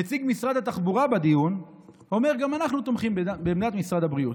נציג משרד התחבורה בדיון אומר: גם אנחנו תומכים בעמדת משרד הבריאות.